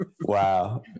Wow